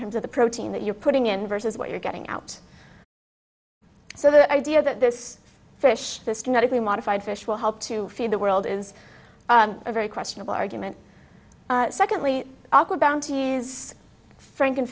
terms of the protein that you're putting in versus what you're getting out so the idea that this fish this genetically modified fish will help to feed the world is a very questionable argument secondly aqua bounty's frank